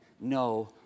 no